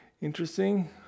interesting